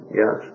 yes